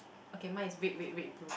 okay mine is red red red blue